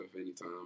anytime